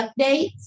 updates